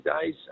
days